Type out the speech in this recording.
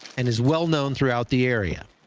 and is well-known throughout the area.